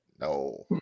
No